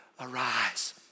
arise